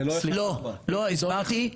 הסברתי.